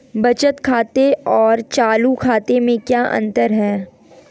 बचत खाते और चालू खाते में क्या अंतर है?